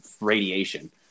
radiation